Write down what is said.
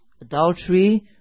adultery